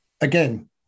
again